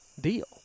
deal